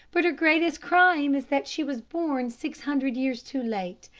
but her greatest crime is that she was born six hundred years too late.